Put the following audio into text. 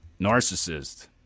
narcissist